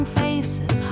faces